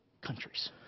countries